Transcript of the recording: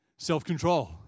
Self-control